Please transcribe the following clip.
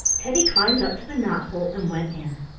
teddy climbed up to the knot-hole and went in.